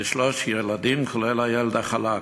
ושלושת הילדים, כולל ילד ה"חלאקה".